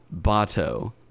Bato